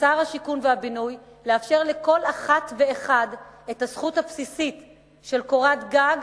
כשר השיכון והבינוי לאפשר לכל אחת ואחד את הזכות הבסיסית של קורת גג,